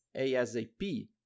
ASAP